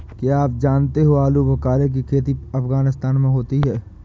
क्या आप जानते हो आलूबुखारे की खेती अफगानिस्तान में होती है